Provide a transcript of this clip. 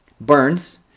Burns